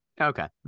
Okay